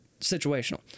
situational